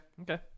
okay